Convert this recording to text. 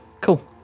cool